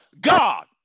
God